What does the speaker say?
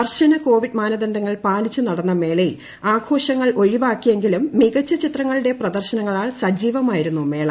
കർശന കോവിഡ് മാനദണ്ഡങ്ങൾ പാലിച്ച് നടന്ന മേളയിൽ ആഘോഷങ്ങൾ ഒഴിവാക്കിയെങ്കിലും മികച്ച ചിത്രങ്ങളുടെ പ്രദർശനങ്ങളാൽ സജീവമായിരുന്നു മേള